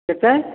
କେତେ